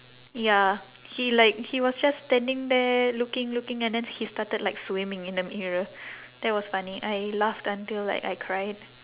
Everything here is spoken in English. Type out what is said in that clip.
ya he like he was just standing there looking looking and then he started like swimming in the mirror that was funny I laughed until I cried